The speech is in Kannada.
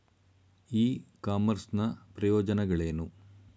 ಇ ಕಾಮರ್ಸ್ ನ ಪ್ರಯೋಜನಗಳೇನು?